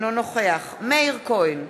אינו נוכח מאיר כהן,